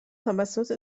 توسط